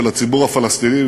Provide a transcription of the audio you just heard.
של הציבור הפלסטיני,